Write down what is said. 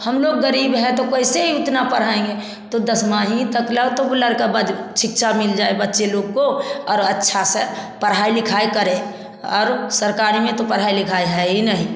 हम लोग गरीब है तो कैसे उतना पढ़ाएँगे तो दसमा ही तकला तो वह लड़का शिक्षा मिल जाए बच्चे लोग को और अच्छा सा पढ़ाई लिखाई करें और सरकारी में तो पढ़ाई लिखाई है ही नहीं